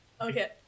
Okay